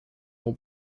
will